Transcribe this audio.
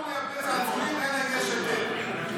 החוק שלך אומר שאסור לייבא צעצועים אלא אם כן יש היתר.